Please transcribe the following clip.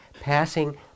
passing